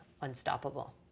unstoppable